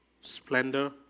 splendor